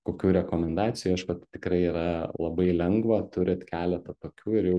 kokių rekomendacijų ieškot tikrai yra labai lengva turit keletą tokių ir jau